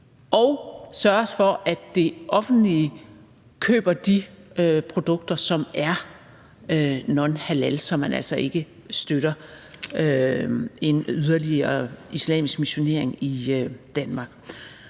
og sørges for, at det offentlige køber de produkter, som er nonhalal, så man ikke støtter en yderligere islamisk missionering i Danmark